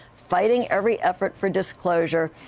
fighting every effort for disclosure.